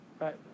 Right